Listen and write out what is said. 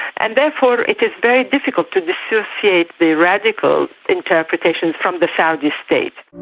and therefore it is very difficult to disassociate the radical interpretations from the saudi state.